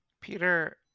Peter